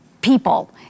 people